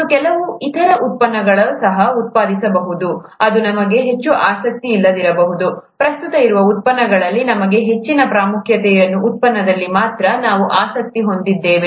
ಮತ್ತು ಕೆಲವು ಇತರ ಉತ್ಪನ್ನಗಳನ್ನು ಸಹ ಉತ್ಪಾದಿಸಬಹುದು ಅದು ನಮಗೆ ಹೆಚ್ಚು ಆಸಕ್ತಿಯಿಲ್ಲದಿರಬಹುದು ಪ್ರಸ್ತುತ ಇರುವ ಉತ್ಪನ್ನಗಳಲ್ಲಿ ನಮಗೆ ಹೆಚ್ಚಿನ ಪ್ರಾಮುಖ್ಯತೆಯ ಉತ್ಪನ್ನದಲ್ಲಿ ಮಾತ್ರ ನಾವು ಆಸಕ್ತಿ ಹೊಂದಿದ್ದೇವೆ